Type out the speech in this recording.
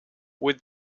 with